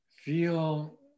Feel